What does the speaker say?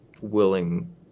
willing